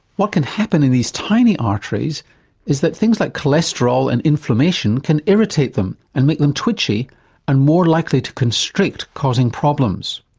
what can happen in these tiny arteries is that things like cholesterol and inflammation can irritate them and make them twitchy and more likely to constrict causing problems.